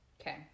Okay